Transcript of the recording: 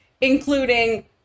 including